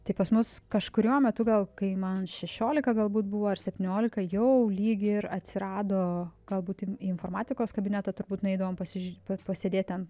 tai pas mus kažkuriuo metu gal kai man šešiolika galbūt buvo ar septyniolika jau lyg ir atsirado galbūt į informatikos kabinetą turbūt nueidavome pasiž pa pasėdėt ten